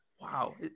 Wow